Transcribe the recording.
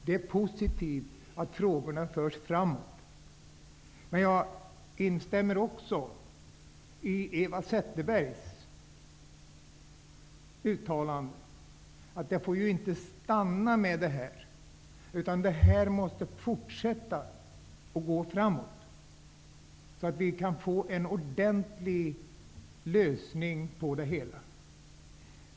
Det är positivt att frågorna förs framåt. Jag instämmer också i Eva Zetterbergs uttalande att det inte får stanna med detta. Arbetet måste fortsätta så att vi kan få en ordentlig lösning på problemet.